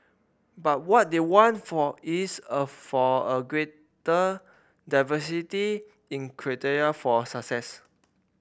but what they want for is a for a greater diversity in criteria for success